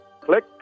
Click